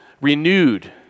renewed